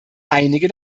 einige